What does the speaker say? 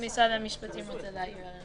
משרד המשפטים רוצה להעיר.